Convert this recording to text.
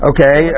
Okay